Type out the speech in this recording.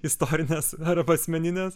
istorinės arba asmeninės